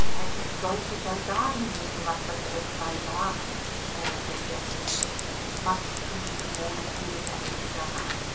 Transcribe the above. hättest deutlicher sagen müssen was das für zwei waren drängelte jenny max zündete großspurig eine zigarre an